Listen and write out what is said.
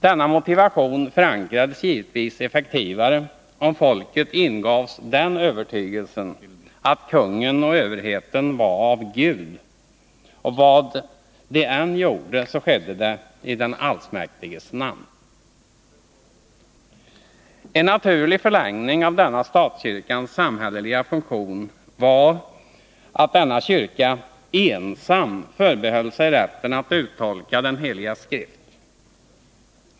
Denna motivation förankrades givetvis effektivare om folket ingavs den övertygelsen att kungen och överheten var av Gud, och vad de än gjorde så skedde det i den allsmäktiges namn. En naturlig förlängning av denna statskyrkans samhälleliga funktion var att denna kyrka ensam förbehöll sig rätten att uttolka den heliga skrift.